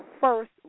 first